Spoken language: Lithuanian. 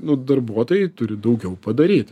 nu darbuotojai turi daugiau padaryti